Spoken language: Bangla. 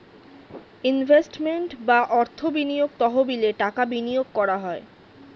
ইনভেস্টমেন্ট বা অর্থ বিনিয়োগ তহবিলে টাকা বিনিয়োগ করা হয়